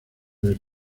les